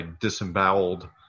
disemboweled